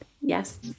Yes